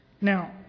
now